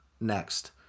next